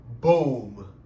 boom